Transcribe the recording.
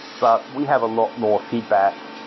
but we have a lot more feedback,